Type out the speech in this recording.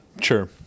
Sure